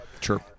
Sure